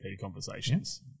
conversations